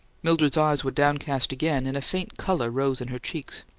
mildred's eyes were downcast again, and a faint colour rose in her cheeks.